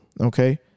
Okay